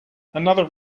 another